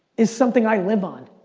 is something i live on.